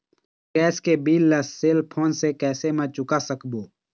मोर gas के bill ला cell phone से कैसे म चुका सकबो?